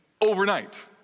overnight